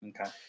Okay